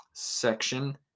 section